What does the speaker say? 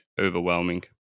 overwhelming